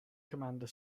commander